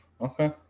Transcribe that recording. Okay